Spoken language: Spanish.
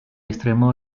extremo